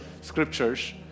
scriptures